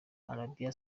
arabie